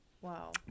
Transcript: wow